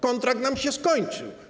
Kontrakt nam się skończył.